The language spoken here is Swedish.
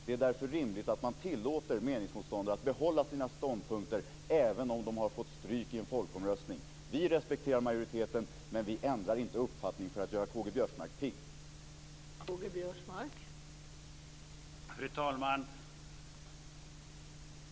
Det är därför rimligt att man tillåter meningsmotståndare att behålla sina ståndpunkter, även om de har fått stryk i en folkomröstning. Vi respekterar majoriteten, men vi ändrar inte uppfattning för att gå K-G Biörsmark till viljes.